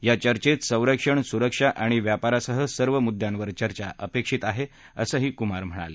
या चर्चेत संरक्षण सुरक्षा आणि व्यापारासह सर्व मुद्यांवर चर्चा अपेक्षित आहे असंही कुमार यांनी सांगितलं